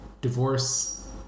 divorce